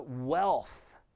wealth